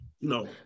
No